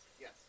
Yes